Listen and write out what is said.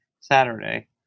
saturday